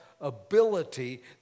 ability